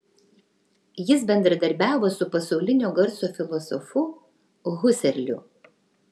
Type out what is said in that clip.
jis bendradarbiavo su pasaulinio garso filosofu huserliu